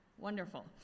Wonderful